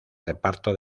reparto